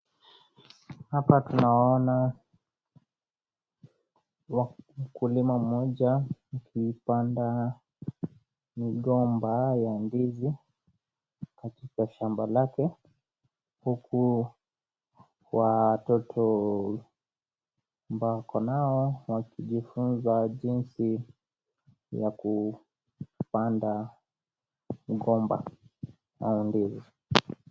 Hapa tunaona mkulima mmoja akipanda migomba ya ndizi katika shamba lake, huku watoto ambao ako nao wakijifunza jinsi ya kupanda mgomba au ndizi.